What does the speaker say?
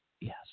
Yes